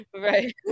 right